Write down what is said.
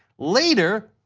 later,